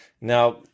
Now